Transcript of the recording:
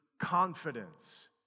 confidence